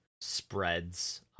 spreads